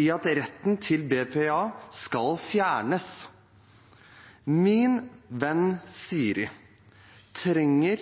i at retten til BPA skal fjernes. BPA er en likestillingsordning for dem som trenger